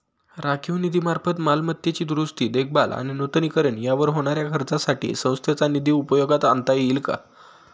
राखीव निधीमार्फत मालमत्तेची दुरुस्ती, देखभाल आणि नूतनीकरण यावर होणाऱ्या खर्चासाठी संस्थेचा निधी उपयोगात आणता येईल का?